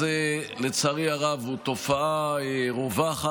ולצערי הרב, הדבר הזה הוא תופעה רווחת.